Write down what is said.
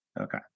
Okay